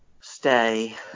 stay